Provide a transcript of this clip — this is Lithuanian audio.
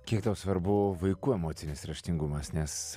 kiek tau svarbu vaikų emocinis raštingumas nes